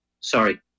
sorry